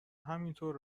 همینطور